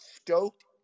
stoked